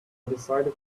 decided